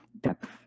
depth